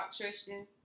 Tristan